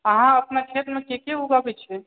अहाँ अपना खेतमे की की उगाबैत छियै